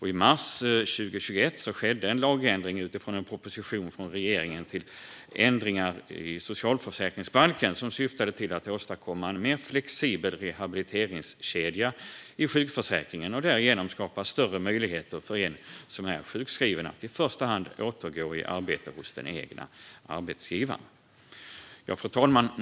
I mars 2021 skedde en lagändring utifrån en proposition från regeringen om ändringar i socialförsäkringsbalken som syftade till att åstadkomma en mer flexibel rehabiliteringskedja i sjukförsäkringen. Därigenom kan man skapa större möjligheter för en person som är sjukskriven att i första hand återgå i arbete hos den egna arbetsgivaren. Fru talman!